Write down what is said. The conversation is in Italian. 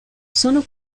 sono